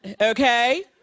okay